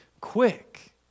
quick